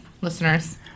listeners